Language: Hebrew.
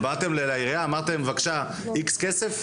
באתם לעירייה ואמרתם: בבקשה, X כסף?